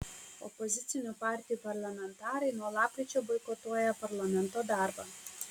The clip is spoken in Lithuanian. opozicinių partijų parlamentarai nuo lapkričio boikotuoja parlamento darbą